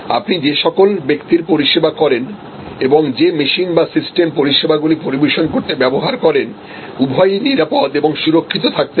আপনি যে সকল ব্যক্তির পরিষেবা করেন এবং যে মেশিন বা সিস্টেম পরিষেবাগুলি পরিবেশন করতে ব্যবহার করেন উভয়ই নিরাপদ এবং সুরক্ষিত থাকতে হবে